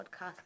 podcast